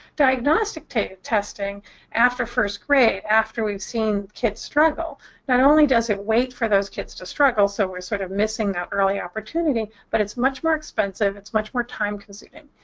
diagnostic testing after first grade after we've seen kids struggle not only does it wait for those kids to struggle, so we're sort of missing that early opportunity, but it's much more expensive, it's much more time consuming.